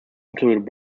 included